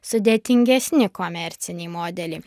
sudėtingesni komerciniai modeliai